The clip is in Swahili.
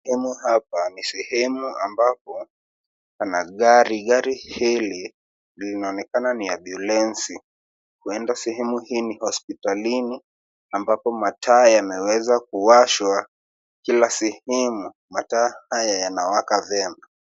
Humu hapa ni sehemu ambapo pana gari . Gari hili linaonekana ni ambyulensi . Huenda sehemu hii ni hospitalini ambapo mataa yameweza kuwashwa kila sehemu. Mataa haya yanawaka vyema.